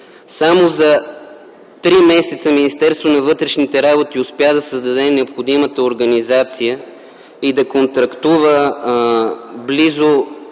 Само за три месеца Министерството на вътрешните работи успя да създаде необходимата организация и да контрактува близо